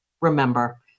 Remember